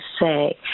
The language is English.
say